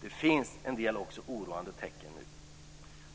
det finns också en del oroande tecken.